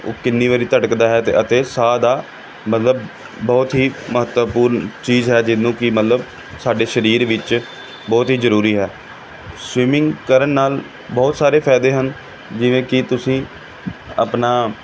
ਉਹ ਕਿੰਨੀ ਵਾਰੀ ਧੜਕਦਾ ਹੈ ਤੇ ਅਤੇ ਸਾਹ ਦਾ ਮਤਲਬ ਬਹੁਤ ਹੀ ਮਹੱਤਵਪੂਰਨ ਚੀਜ਼ ਹੈ ਜਿਹਨੂੰ ਕਿ ਮਤਲਬ ਸਾਡੇ ਸਰੀਰ ਵਿੱਚ ਬਹੁਤ ਹੀ ਜ਼ਰੂਰੀ ਹੈ ਸਵੀਮਿੰਗ ਕਰਨ ਨਾਲ ਬਹੁਤ ਸਾਰੇ ਫਾਇਦੇ ਹਨ ਜਿਵੇਂ ਕਿ ਤੁਸੀਂ ਆਪਣਾ